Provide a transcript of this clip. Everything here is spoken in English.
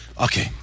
Okay